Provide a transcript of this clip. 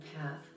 path